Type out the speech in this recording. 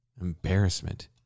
embarrassment